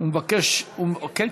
כן,